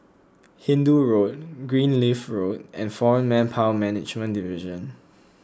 Hindoo Road Greenleaf Road and foreign Manpower Management Division